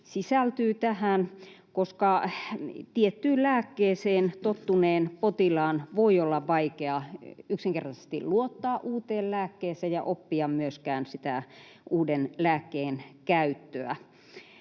syistä, koska tiettyyn lääkkeeseen tottuneen potilaan voi olla yksinkertaisesti vaikea luottaa uuteen lääkkeeseensä ja oppia myöskään uuden lääkkeen käyttöä.